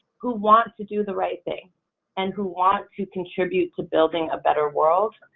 who want to do the right thing and who want to contribute to building a better world,